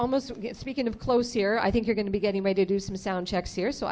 almost speaking of close here i think you're going to be getting ready to do some sound checks here so